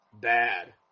bad